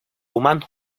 humano